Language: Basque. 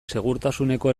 segurtasuneko